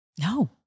No